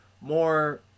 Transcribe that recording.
more